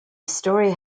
story